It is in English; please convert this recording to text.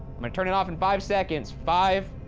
i'm gonna turn it off in five seconds. five,